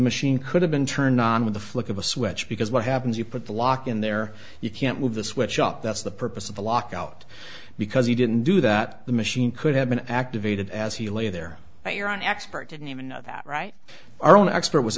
machine could have been turned on with the flick of a switch because what happens you put the lock in there you can't move the switch up that's the purpose of the lockout because he didn't do that the machine could have been activated as he lay there but you're an expert didn't even know that right our own expert was